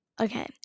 okay